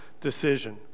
decision